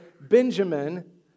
Benjamin